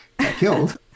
killed